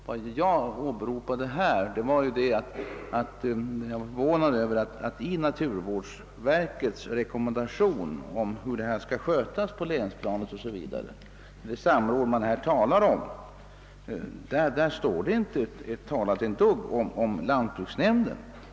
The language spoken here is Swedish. Vad jag har sagt är att jag är förvånad över att i naturvårdsverkets rekommendation om hur det landskapsvårdande arbetet bör skötas på länsplanet med bl.a. samråd står ingenting om lantbruksnämnden.